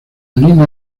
línea